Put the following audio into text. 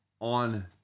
on